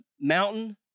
mountain